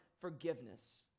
forgiveness